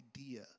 idea